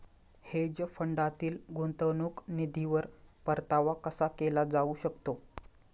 Hedge फंडातील गुंतवणूक निधीवर परतावा कसा केला जाऊ शकतो?